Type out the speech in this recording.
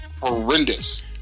horrendous